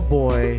boy